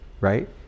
Right